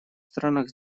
странах